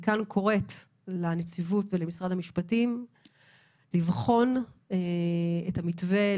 מכאן אני קוראת לנציבות ולמשרד המשפטים לבחון את המתווה,